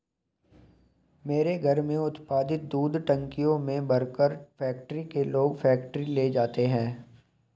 मेरे घर में उत्पादित दूध टंकियों में भरकर फैक्ट्री के लोग फैक्ट्री ले जाते हैं